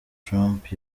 trump